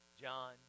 John